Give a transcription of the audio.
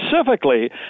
specifically